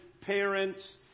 parents